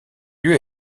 lieu